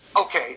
Okay